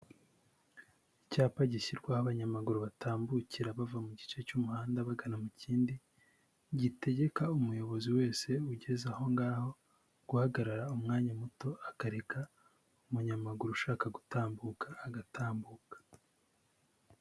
Icyapa gishyirwa aho abanyamaguru batambukira bava mu gice cy'umuhanda bajya mu kindi, gitegeka umuyobozi wese ugeze aho ngaho, guhagarara umwanya muto akareka umunyamaguru ushaka gutambuka agatambuka.